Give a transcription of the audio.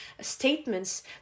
statements